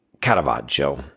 Caravaggio